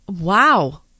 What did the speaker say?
Wow